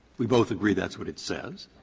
we both agree that's what it says?